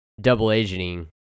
double-agenting